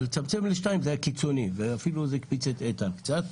לצמצם לשניים זה דבר קיצוני שאפילו הקפיץ את איתן קצת.